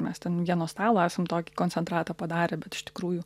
mes ten vieno stalo tokį koncentratą padarę bet iš tikrųjų